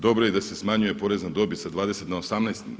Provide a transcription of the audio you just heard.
Dobro je da se smanjuje porez na dobit sa 20 na 18.